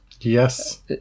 Yes